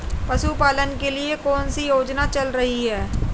पशुपालन के लिए कौन सी योजना चल रही है?